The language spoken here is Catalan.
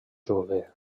jove